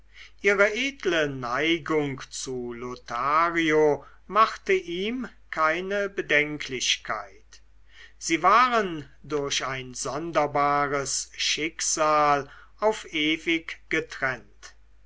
ihre edle neigung zu lothario machte ihm keine bedenklichkeit sie waren durch ein sonderbares schicksal auf ewig getrennt